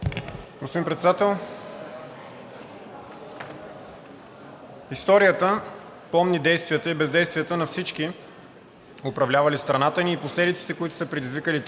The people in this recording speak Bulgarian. Господин Председател! Историята помни действията и бездействията на всички управлявали страната ни и последиците, които са предизвикали те.